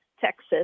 Texas